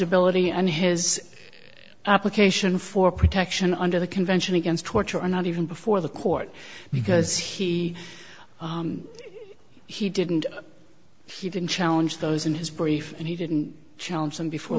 ibility and his application for protection under the convention against torture are not even before the court because he he didn't he didn't challenge those in his brief and he didn't challenge them before